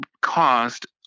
caused